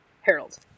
Harold